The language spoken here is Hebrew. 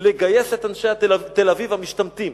לגייס את אנשי תל-אביב המשתמטים,